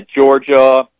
Georgia